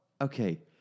okay